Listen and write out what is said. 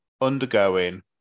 undergoing